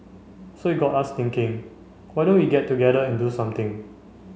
so it got us thinking why don't we get together and do something